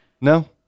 No